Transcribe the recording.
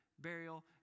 Burial